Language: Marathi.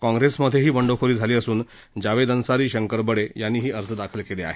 काँग्रेसमध्येही बंडखोरी झाली असून जावेद अन्सारी शंकर बडे यांनीही अर्ज दाखल केले आहेत